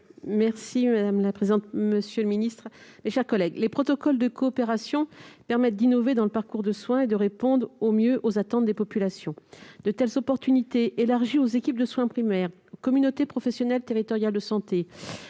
Imbert, pour présenter l'amendement n° 18 rectifié . Les protocoles de coopération permettent d'innover dans le parcours de soins et de répondre au mieux aux attentes des populations. De telles possibilités, élargies aux équipes de soins primaires, aux communautés professionnelles territoriales de santé,